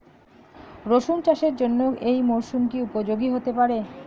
রসুন চাষের জন্য এই মরসুম কি উপযোগী হতে পারে?